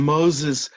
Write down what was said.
Moses